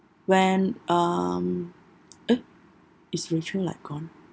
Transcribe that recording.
when um eh is rachel like gone